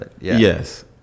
Yes